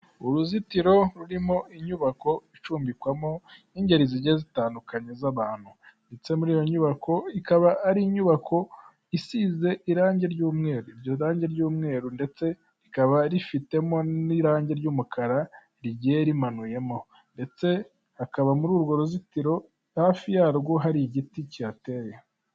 Uruzitiro rurimo inyubako icumbikwamo n'ingeri zigiye zitandukanye z'abantu ndetse muri iyo nyubako ikaba ari inyubako isize irangi ry'umweru, iryo rangi ry'umweru ndetse rikaba rifitemo n'irangi ry'umukara rigiye rimanuyemo ndetse hakaba muri urwo ruzitiro hafi yarwo hari igiti kihateye.